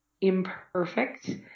imperfect